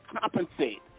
compensate